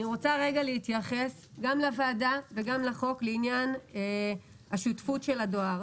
אני רוצה להתייחס גם לוועדה וגם לחוק לעניין השותפות של הדואר.